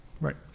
Right